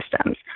systems